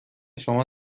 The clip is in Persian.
شما